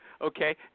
okay